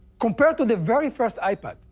compared to the very first ipad,